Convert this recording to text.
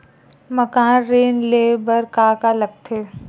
मकान ऋण ले बर का का लगथे?